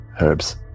herbs